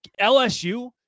LSU